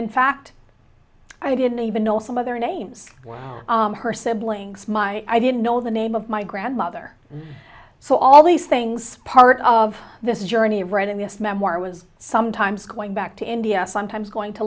in fact i didn't even know some of their names her siblings my i didn't know the name of my grandmother so all these things part of this journey of writing this memoir was sometimes going back to india sometimes going to